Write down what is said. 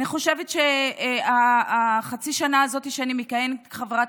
אני חושבת שבחצי השנה הזאת שאני מכהנת כחברת